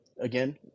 again